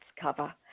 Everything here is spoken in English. cover